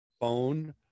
phone